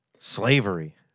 slavery